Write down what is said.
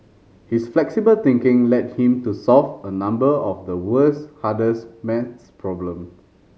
his flexible thinking led him to solve a number of the world's hardest maths problem